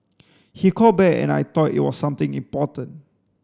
he called back and I thought it was something important